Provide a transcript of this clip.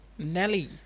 Nelly